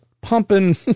pumping